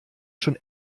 schon